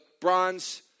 bronze